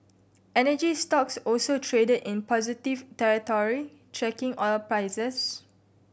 energy stocks also traded in positive territory tracking oil prices